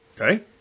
Okay